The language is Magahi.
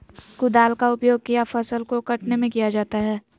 कुदाल का उपयोग किया फसल को कटने में किया जाता हैं?